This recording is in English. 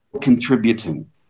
contributing